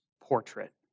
portrait